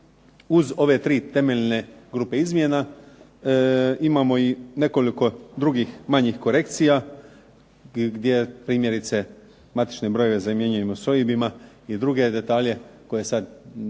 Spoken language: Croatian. uz ove tri temeljne grupe izmjena, imamo nekoliko drugih manjih korekcija gdje primjerice matične brojeve zamjenjujemo s OIB-ima i drugim detaljima koji su